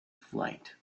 flight